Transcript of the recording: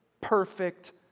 perfect